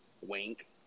wink